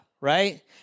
right